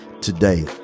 today